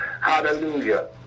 Hallelujah